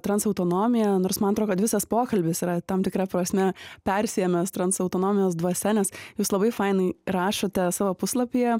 trans autonomiją nors man atro kad visas pokalbis yra tam tikra prasme persiėmęs trans autonomijos dvasia nes jūs labai fainai rašote savo puslapyje